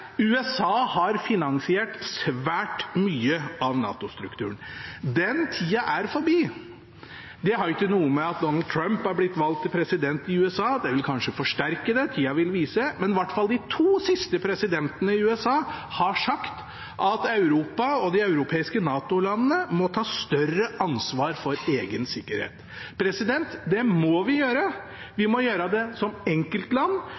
USA har finansiert svært mye av NATO-strukturen. Den tida er forbi. Det har ikke noe med at Donald Trump har blitt valgt til president i USA – det vil kanskje forsterke det, tida vil vise – men i hvert fall de to siste presidentene i USA har sagt at Europa og de europeiske NATO-landene må ta større ansvar for egen sikkerhet. Det må vi gjøre. Vi må gjøre det som enkeltland,